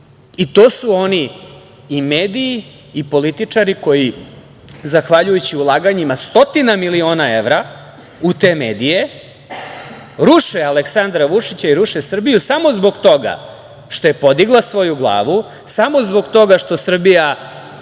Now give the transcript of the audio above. su oni i mediji i političari koji zahvaljujući ulaganjima stotina miliona evra u te medije, ruše Aleksandra Vučića i ruše Srbiju, samo zbog toga što je podigla svoju glavu, samo zbog toga što Srbija